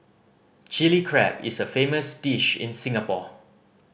Chilli Crab is a famous dish in Singapore